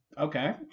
Okay